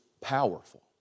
powerful